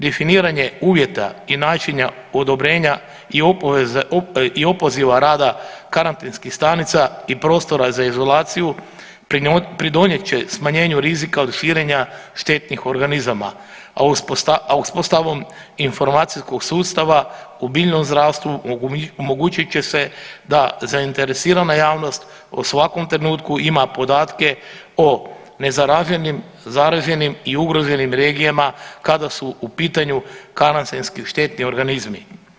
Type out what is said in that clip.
Definiranje uvjeta i načina odobrenja i opoziva rada karantenskih stanica i prostora za izolaciju pridonijet će smanjenju rizika od širenja štetnih organizama, a uspostavom informacijskog sustava u biljnom zdravstvu omogućit će se da zainteresirana javnost u svakom trenutku ima podatke o nezaraženim, zaraženim i ugroženim regijama kada su u pitanju karantenski štetni organizmi.